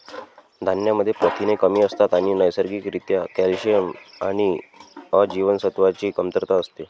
धान्यांमध्ये प्रथिने कमी असतात आणि नैसर्गिक रित्या कॅल्शियम आणि अ जीवनसत्वाची कमतरता असते